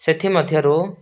ସେଥିମଧ୍ୟରୁ